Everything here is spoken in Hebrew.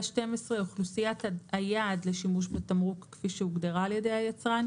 אוכלוסיית היעד לשימוש בתמרוק כפי שהוגדרה על ידי היצרן.